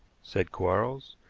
said quarles.